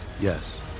Yes